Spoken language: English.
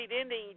ending